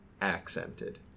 accented